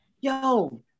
yo